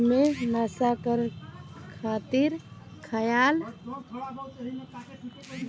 दुनिया भर मे नसा करे खातिर खायल जाला